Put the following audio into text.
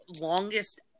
longest